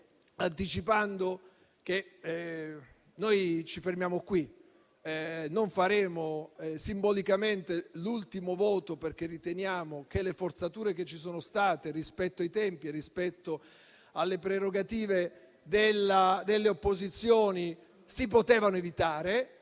conclusione, che noi ci fermiamo qui, non parteciperemo simbolicamente all'ultimo voto perché riteniamo che le forzature che ci sono state rispetto ai tempi e alle prerogative delle opposizioni si potevano evitare.